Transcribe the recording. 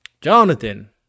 Jonathan